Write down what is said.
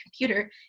computer